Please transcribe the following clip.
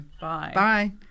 Bye